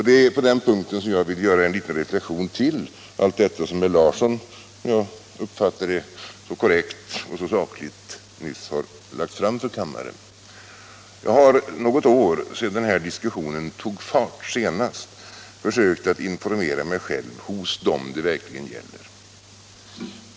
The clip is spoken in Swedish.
Det är på den punkten som jag vill göra en liten reflexion efter allt det som herr Larsson, som jag uppfattade det, så korrekt och så sakligt nyss har anfört. Jag har under något år, sedan den här diskussionen senast tog fart, försökt att informera mig själv hos dem som det verkligen gäller.